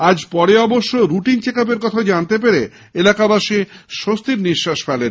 আজ পরে অবশ্য রুটিন চেকাপের কথা জানতে পেরে এলাকাবাসী সস্তির নিশ্বাস ফেলেন